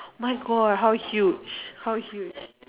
my God how huge how huge